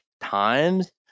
times